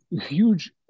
huge